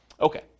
Okay